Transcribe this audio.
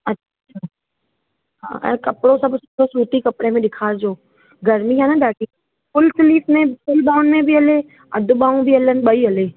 अच्छा हा ऐं कपिड़ो सभु सूती कपिड़े में ॾेखारिजो गर्मी आहे न ॾाढी फ़ुल स्लीव्स में फ़ुल ॿाहुंनि में बि हले अधि ॿाहुंनि में बि हले ॿई हले